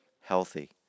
healthy